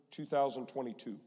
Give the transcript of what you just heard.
2022